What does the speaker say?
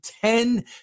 ten